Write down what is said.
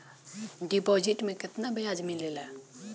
Deposit मे केतना बयाज मिलेला?